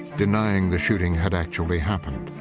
denying the shooting had actually happened.